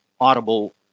audible